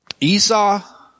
Esau